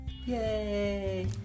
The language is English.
yay